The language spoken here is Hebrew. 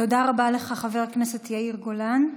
תודה רבה לך, חבר הכנסת יאיר גולן.